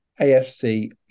AFC